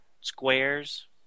squares